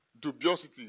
dubiosity